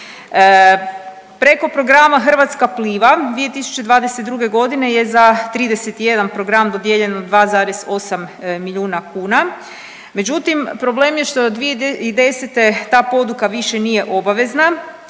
Prema programu „Hrvatska pliva“ 2022.g. je za 31 program dodijeljeno 2,8 milijuna kuna, međutim problem je što od 2010. ta poduka više nije obavezna,